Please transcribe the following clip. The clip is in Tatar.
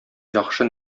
яхшы